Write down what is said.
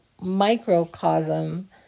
microcosm